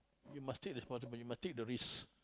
you must take responsibility you must take the risk